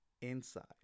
Inside